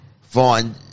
find